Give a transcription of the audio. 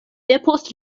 depost